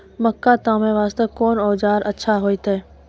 मक्का तामे वास्ते कोंन औजार अच्छा होइतै?